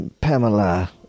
Pamela